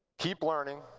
keep learning.